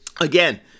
Again